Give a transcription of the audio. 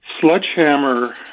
Sledgehammer